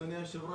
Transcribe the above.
אדוני היושב-ראש,